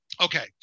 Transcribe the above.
Okay